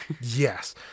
Yes